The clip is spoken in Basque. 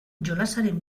jolasaren